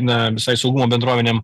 na visai saugumo bendruomenėm